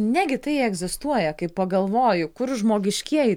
negi tai egzistuoja kai pagalvoji kur žmogiškieji